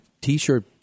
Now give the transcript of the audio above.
t-shirt